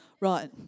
Right